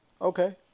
Okay